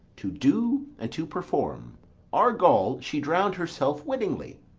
to do, and to perform argal, she drowned herself wittingly.